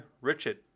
Richard